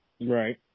Right